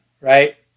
right